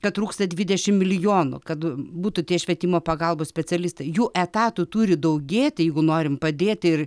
tetrūksta dvidešimt milijonų kad būtų tie švietimo pagalbos specialistai jų etatų turi daugėti jeigu norim padėti ir